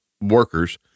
workers